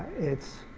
it's